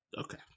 Okay